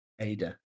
Ada